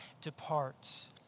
departs